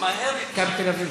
"מכבי תל-אביב".